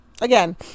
again